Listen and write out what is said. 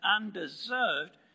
undeserved